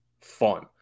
fun